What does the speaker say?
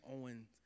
Owen